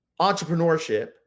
entrepreneurship